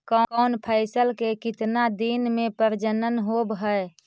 कौन फैसल के कितना दिन मे परजनन होब हय?